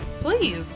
please